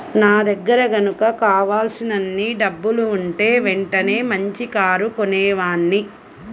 నా దగ్గర గనక కావలసినన్ని డబ్బులుంటే వెంటనే మంచి కారు కొనేవాడ్ని